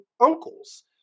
uncles